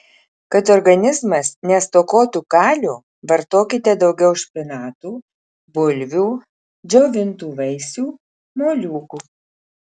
kad organizmas nestokotų kalio vartokite daugiau špinatų bulvių džiovintų vaisių moliūgų